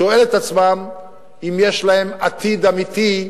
שואל את עצמו אם יש להם עתיד אמיתי,